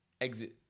exit